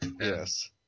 Yes